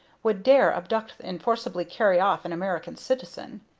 would dare abduct and forcibly carry off an american citizen.